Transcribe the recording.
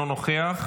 אינו נוכח,